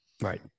Right